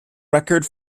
record